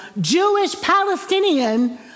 Jewish-Palestinian